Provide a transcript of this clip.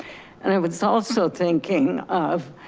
and i was also thinking of